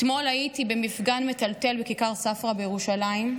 אתמול הייתי במפגן מטלטל בכיכר ספרא בירושלים.